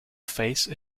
face